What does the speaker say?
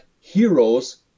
heroes